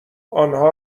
آنها